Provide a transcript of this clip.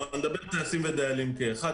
אני מדבר על טייסים ודיילים כאחד.